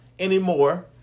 anymore